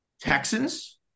Texans